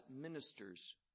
ministers